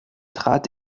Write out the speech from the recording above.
trat